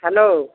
hello